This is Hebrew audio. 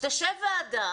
שתשב ועדה